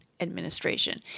administration